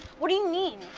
what do you mean?